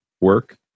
work